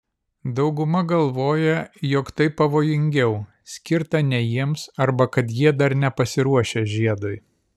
dauguma galvoja jog tai pavojingiau skirta ne jiems arba kad jie dar nepasiruošę žiedui